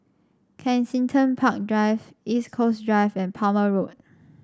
Kensington Park Drive East Coast Drive and Palmer Road